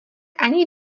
ani